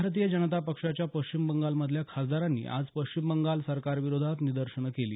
भारतीय जनता पक्षाच्या पश्चिम बंगालमधल्या खासदारांनी आज पश्चिम बंगाल सरकारविरोधात निदर्शनं केली